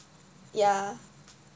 ya